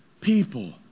people